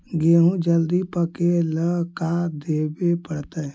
गेहूं जल्दी पके ल का देबे पड़तै?